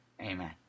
amen